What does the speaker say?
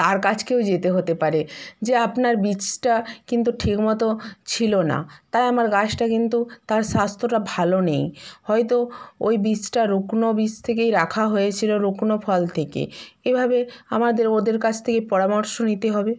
তার কাছকেও যেতে হতে পারে যে আপনার বীজটা কিন্তু ঠিক মতো ছিলো না তাই আমার গাছটা কিন্তু তার স্বাস্থ্যটা ভালো নেই হয়তো ওই বীজটা রুগ্ন বীজ থেকেই রাখা হয়েছিলো রুগ্ন ফল থেকে এভাবে আমাদের ওদের কাছ থেকে পরামর্শ নিতে হবে